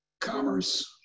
commerce